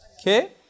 Okay